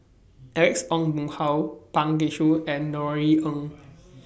Alex Ong Boon Hau Pang Guek Cheng and Norothy Ng